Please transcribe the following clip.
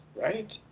right